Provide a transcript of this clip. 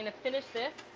and finish this